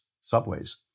subways